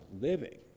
living